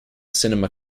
cinema